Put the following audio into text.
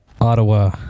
ottawa